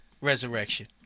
resurrection